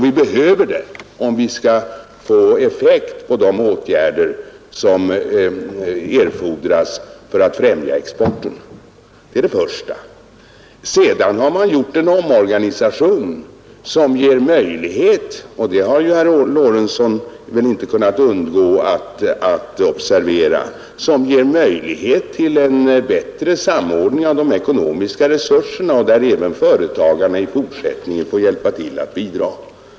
Vi behöver det om vi skall få någon effekt av de åtgärder som erfordras för att främja exporten. Sedan har man gjort en omorganisation som ger möjlighet — herr Lorentzon har väl inte kunnat undgå att observera detta — till en bättre samordning av de ekonomiska resurserna och där även företagarna i fortsättningen får hjälpa till att bidra.